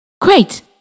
Great